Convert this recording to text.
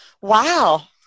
wow